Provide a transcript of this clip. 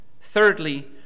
thirdly